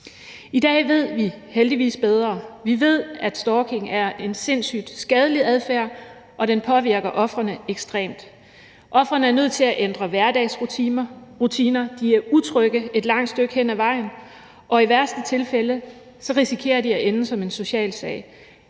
I dag ved vi heldigvis bedre. Vi ved, at stalking er en sindssyg skadelig adfærd, og at den påvirker ofrene ekstremt meget. Ofrene er nødt til at ændre hverdagsrutiner, de er utrygge et langt stykke hen ad vejen, og i værste tilfælde risikerer de at ende som en social sag